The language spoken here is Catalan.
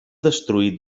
destruït